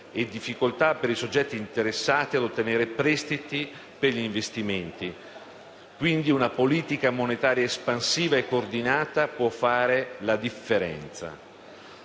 e difficoltà per i soggetti interessati ad ottenere prestiti per gli investimenti. Quindi, una politica monetaria espansiva e coordinata può fare la differenza.